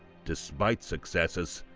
despite successes,